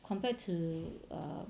compared to err